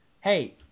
Hey